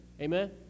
Amen